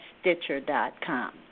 Stitcher.com